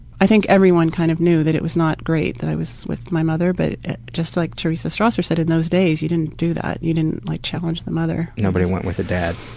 i think everyone kind of knew that it was not great that i was with my mother but just like teresa strasser said, in those days you didn't do that. you didn't like challenge the mother. nobody went with the dad.